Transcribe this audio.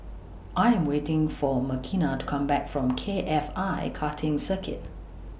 I Am waiting For Makena to Come Back from K F I Karting Circuit